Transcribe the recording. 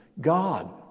God